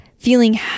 feeling